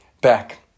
back